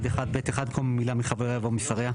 בסעיף 1(ב1)(1)(ב)(1) במקום המילה 'מחבריה' יבוא 'משריה'.